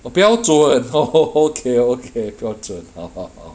oh 标准 okay okay 标准